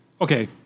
Okay